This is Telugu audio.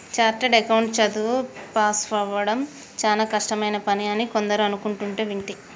చార్టెడ్ అకౌంట్ చదువు పాసవ్వడం చానా కష్టమైన పని అని కొందరు అనుకుంటంటే వింటి